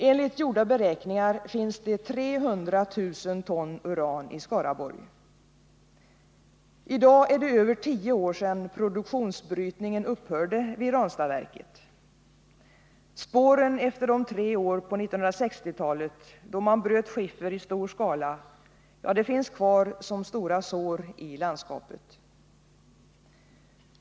Enligt gjorda beräkningar finns det 300 000 ton uran i Skaraborg. I dag är det över tio år sedan produktionsbrytningen upphörde vid Ranstadsverket. Spåren efter de tre år på 1960-talet då man bröt skiffer i stor skala finns kvar som stora sår i landskapet.